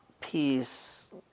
peace